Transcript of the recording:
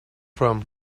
from